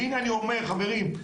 והינה אני אומר חברים,